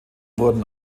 wurden